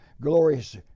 glorious